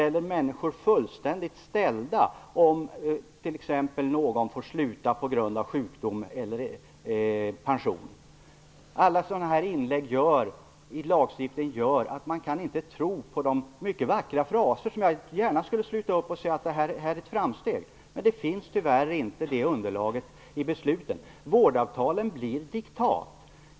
Människor blir fullständigt ställda om någon t.ex. får sluta på grund av sjukdom eller pension. Alla dessa delar i lagstiftningen gör att man inte kan tro på de mycket vackra fraserna. Jag skulle gärna sluta upp kring dem och säga att detta är ett framsteg, men tyvärr finns inte det underlaget i besluten. Vårdavtalen blir diktat.